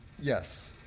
Yes